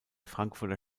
frankfurter